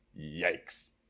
yikes